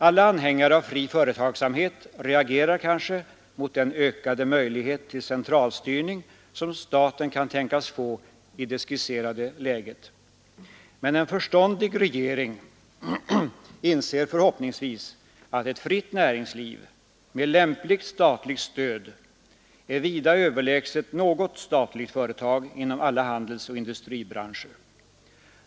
Alla anhängare av fri företagsamhet reagerar kanske mot den ökade möjlighet till centralstyrning som staten kan tänkas få i det skisserade läget. Men en förståndig regering inser förhoppningsvis att ett fritt näringliv — med lämpligt statligt stöd — är vida överlägset varje statligt företag inom alla handelsoch industribranscher.